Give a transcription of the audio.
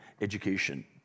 education